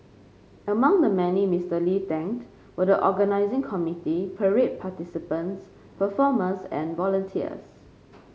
among the many Mister Lee thanked were the organising committee parade participants performers and volunteers